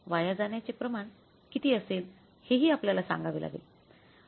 वाया जाण्याचे प्रमाण किती असेल हे ही आपल्याला सांगावे लागेल